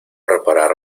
reparar